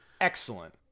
Excellent